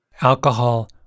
Alcohol